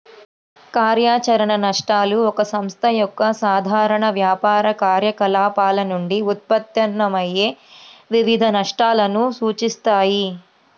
కార్యాచరణ నష్టాలు ఒక సంస్థ యొక్క సాధారణ వ్యాపార కార్యకలాపాల నుండి ఉత్పన్నమయ్యే వివిధ నష్టాలను సూచిస్తాయి